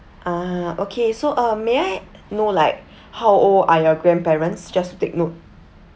ah okay so uh may I know like how old are your grandparents just to take note